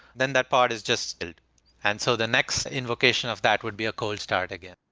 then that part is just and so the next invocation of that would be a cold start again.